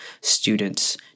students